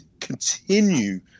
continue